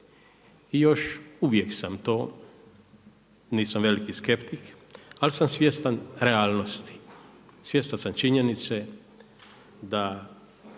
i još uvijek sam to, nisam veliki skeptik ali sam svjestan realnosti, svjestan sam činjenice da